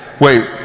Wait